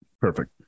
Perfect